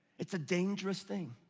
it's a dangerous thing.